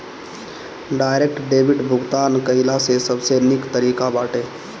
direct debit भुगतान कइला से सबसे निक तरीका बाटे